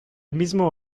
mismo